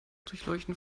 durchleuchten